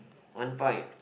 one point